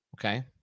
okay